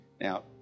Now